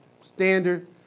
standard